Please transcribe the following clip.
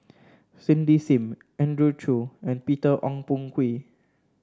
Cindy Sim Andrew Chew and Peter Ong Boon Kwee